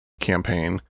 campaign